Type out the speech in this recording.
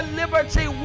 liberty